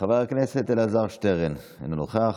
חבר הכנסת אלעזר שטרן, אינו נוכח.